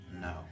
No